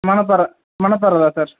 மணப்பாறை மணப்பாறை தான் சார்